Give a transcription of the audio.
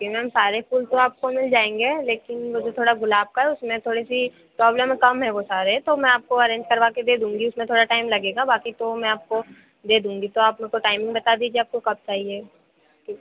इन में सारे फूल तो आपको मिल जाएंगे लेकिन वह जो थोड़ा गुलाब का है उसमें थोड़ी सी प्रॉबलम कम है वह सारे तो मैं आपको अरेंज करवाकर दे दूँगी उसमें थोड़ा टाइम लगेगा बाकी तो मैं आपको दे दूँगी तो आप मुझको टाइम बता दीजिए आपको कब चाहिए कि